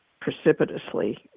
precipitously